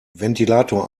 ventilator